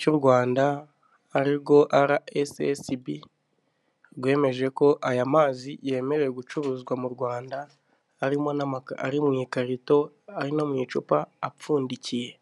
cy'u Rwanda ari rwo RSB rwemeje ko aya mazi yemerewe gucuruzwa mu rwanda harimo ari mu ikarito, ari no mu icupa apfundikiye .